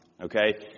okay